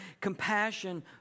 compassion